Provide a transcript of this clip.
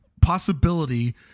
possibility